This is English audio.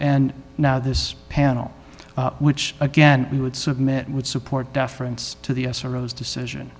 and now this panel which again we would submit would support deference to the soros decision